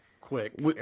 quick